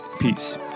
Peace